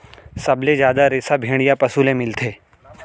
सबले जादा रेसा भेड़िया पसु ले मिलथे